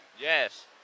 Yes